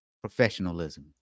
professionalism